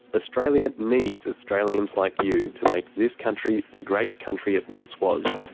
australia needs australians like you to make this country the great country it once was.